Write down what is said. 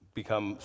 become